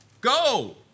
Go